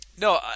no